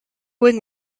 wing